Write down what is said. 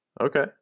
Okay